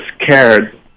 scared